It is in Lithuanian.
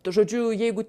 žodžiu jeigu